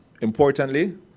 Importantly